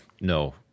no